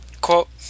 Quote